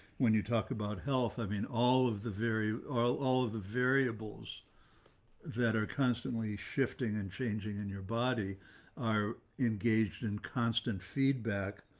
when you talk about health, i mean, all of the various all all of the variables that are constantly shifting and changing in your body are engaged in constant feedback.